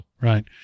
Right